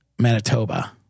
Manitoba